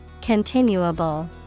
Continuable